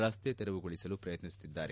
ರಸ್ತೆ ತೆರವುಗೊಳಿಸಲು ಪ್ರಯತ್ನಿಸುತ್ತಿದ್ದಾರೆ